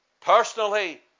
personally